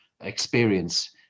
experience